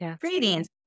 greetings